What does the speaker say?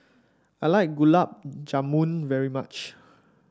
I like Gulab Jamun very much